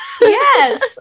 Yes